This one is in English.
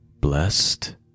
Blessed